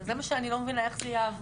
זה מה שאני לא מבינה, איך זה יעבוד?